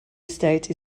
estate